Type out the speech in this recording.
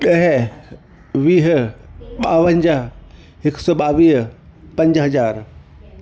ॾह वीह ॿावंजाहु हिकु सौ ॿावीह पंज हज़ार